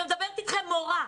ומדברת אתכם מורה.